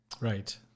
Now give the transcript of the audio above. Right